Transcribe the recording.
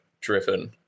driven